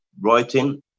writing